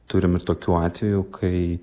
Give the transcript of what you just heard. turim ir tokių atvejų kai